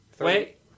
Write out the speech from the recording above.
wait